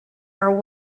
are